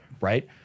Right